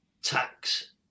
tax